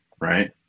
right